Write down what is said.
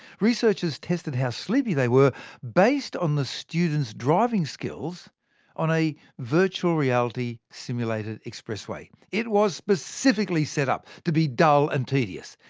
researchers tested how sleepy they were based on the students' driving skills on a virtual reality simulated expressway. it was specifically set up to be dull and tedious.